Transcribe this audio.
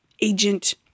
agent